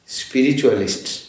spiritualists